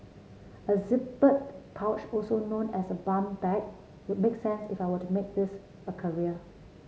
a zippered pouch also known as a bum bag would make sense if I were to make this a career